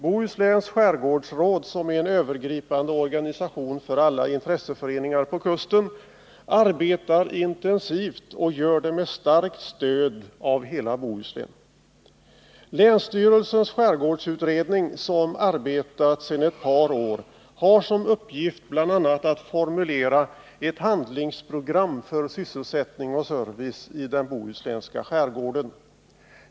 Bohusläns skärgårdsråd, som är en övergripande organisation för alla intresseföreningar på kusten, arbetar intensivt och gör det med starkt stöd av alla i Bohuslän. Länsstyrelsens skärgårdsutredning, som arbetar sedan ett par år, har som uppgift bl.a. att formulera ett handlingsprogram för sysselsättning och service i den bohuslänska skärgården.